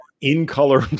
in-color